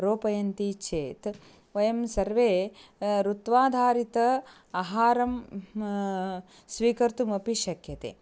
रोपयन्ति चेत् वयं सर्वे ऋत्वाधारितम् आहारं स्वीकर्तुमपि शक्यते